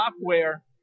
software